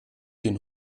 den